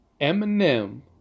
Eminem